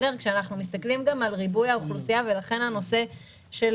כאשר אנחנו מסתכלים גם על ריבוי האוכלוסייה ולכן הנושא של